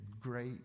great